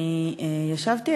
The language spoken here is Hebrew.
אני ישבתי,